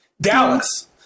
Dallas